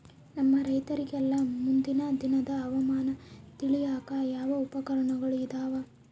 ನಮ್ಮ ರೈತರಿಗೆಲ್ಲಾ ಮುಂದಿನ ದಿನದ ಹವಾಮಾನ ತಿಳಿಯಾಕ ಯಾವ ಉಪಕರಣಗಳು ಇದಾವ?